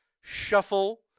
shuffle